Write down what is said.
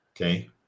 Okay